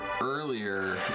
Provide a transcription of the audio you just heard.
earlier